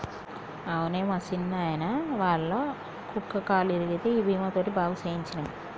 అవునే మా సిన్నాయిన, ఒళ్ళ కుక్కకి కాలు ఇరిగితే ఈ బీమా తోటి బాగు సేయించ్చినం